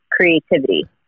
creativity